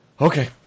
Okay